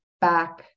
back